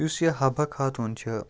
یُس یہِ حَبَہ خاتوٗن چھِ